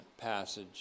passage